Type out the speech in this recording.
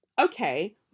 Okay